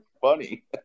funny